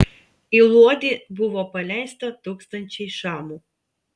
į luodį buvo paleista tūkstančiai šamų